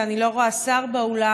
ואני לא רואה שר באולם.